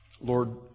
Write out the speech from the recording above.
Lord